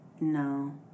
No